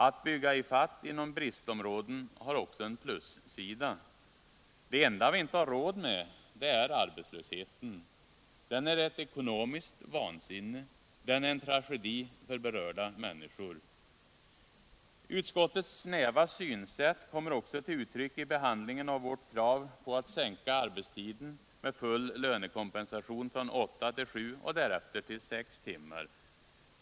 Att bygga i fatt inom bristområden har också en plussida. Det enda vi inte har råd med är arbetslösheten. Den är ett ekonomiskt vansinne. Den är en tragedi för berörda människor. Utskottets snäva synsätt kommer också till uttryck i behandlingen av vårt krav på att sänka arbetstiden med full lönekompensation från åtta till sju och därefter till sex timmar.